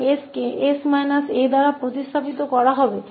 तो s को 𝑠 − 𝑎 से बदल दिया जाएगा